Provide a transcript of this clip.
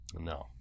No